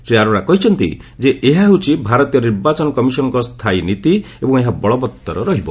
ଶ୍ରୀ ଆରୋରା କହିଛନ୍ତି ଯେ ଏହା ହେଉଛି ଭାରତୀୟ ନିର୍ବାଚନ କମିଶନଙ୍କ ସ୍ଥାୟୀ ନୀତି ଏବଂ ଏହା ବଳବତ୍ତର ରହିବ